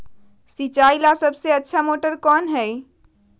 सिंचाई ला सबसे अच्छा मोटर कौन बा?